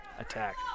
attack